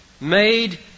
made